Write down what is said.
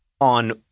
on